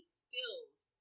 stills